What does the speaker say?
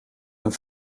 een